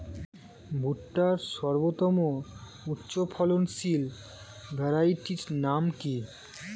ভুট্টার সর্বোত্তম উচ্চফলনশীল ভ্যারাইটির নাম কি?